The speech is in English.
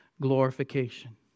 glorification